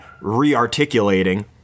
re-articulating